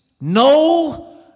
no